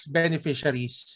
beneficiaries